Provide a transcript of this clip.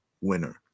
winner